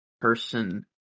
person